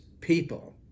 people